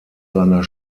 seiner